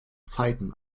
zeiten